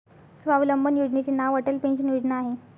स्वावलंबन योजनेचे नाव अटल पेन्शन योजना आहे